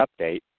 update